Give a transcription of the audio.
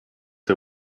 her